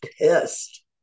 pissed